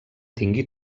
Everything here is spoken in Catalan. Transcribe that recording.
tingui